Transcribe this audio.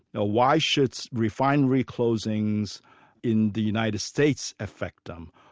ah why should so refinery closings in the united states affect them?